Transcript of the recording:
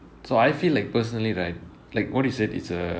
so I feel like personally right like what you said it's a